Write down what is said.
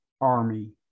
army